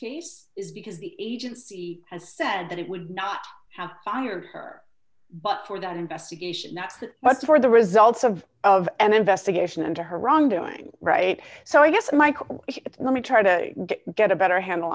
case is because the agency has said that it would not have fired her but for that investigation not just for the results of of an investigation into her wrongdoing right so i guess michael let me try to get a better handle